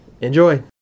Enjoy